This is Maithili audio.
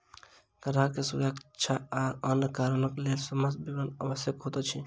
ग्राहक के सुरक्षा आ अन्य कारणक लेल समस्त विवरण आवश्यक होइत अछि